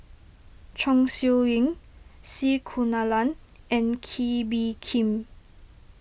Chong Siew Ying C Kunalan and Kee Bee Khim